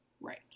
Right